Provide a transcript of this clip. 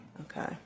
okay